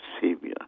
Savior